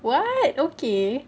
what okay